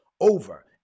over